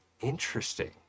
Interesting